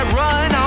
run